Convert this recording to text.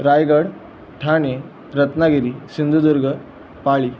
Raigad Thane Ratnagiri Sindhudurg Pali